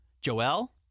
Joel